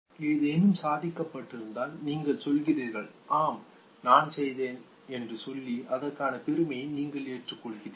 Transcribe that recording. ஏதேனும் சாதிக்கப்பட்டிருந்தால் நீங்கள் சொல்கிறீர்கள் "ஆம் நான் செய்தேன்" என்று சொல்லி அதற்கான பெருமையை நீங்கள் ஏற்றுக்கொள்கிறீர்கள்